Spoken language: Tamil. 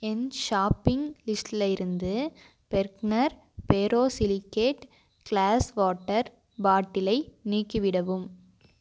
என் ஷாப்பிங் லிஸ்ட்டில் இருந்து பெர்க்னர் போரோசிலிகேட் க்ளாஸ் வாட்டர் பாட்டிலை நீக்கிவிடவும்